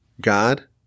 God